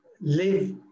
live